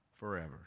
Forever